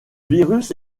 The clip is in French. virus